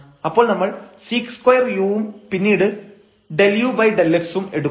അപ്പോൾ നമ്മൾ sec2u ഉം പിന്നീട് ∂u∂x ഉം എടുക്കും